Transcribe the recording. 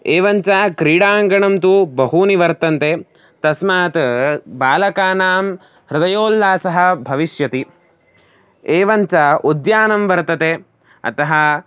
एवञ्च क्रीडाङ्गणं तु बहूनि वर्तन्ते तस्मात् बालकानां हृदयोल्लासः भविष्यति एवञ्च उद्यानं वर्तते अतः